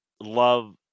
Love